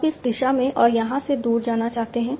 आप इस दिशा में और यहाँ से दूर जाना चाहते हैं